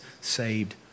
saved